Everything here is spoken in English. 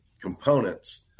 components